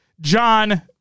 John